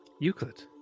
Euclid